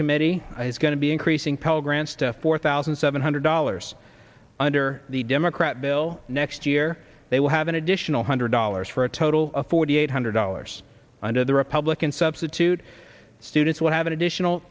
committee is going to be increasing pell grants to four thousand seven hundred dollars under the democrat bill next year they will have an additional hundred dollars for a total of forty eight hundred dollars under the republican substitute students would have an additional